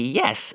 yes